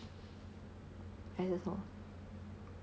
还是什么